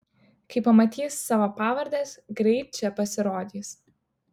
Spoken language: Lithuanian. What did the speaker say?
kai pamatys savo pavardes greit čia pasirodys